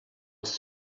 was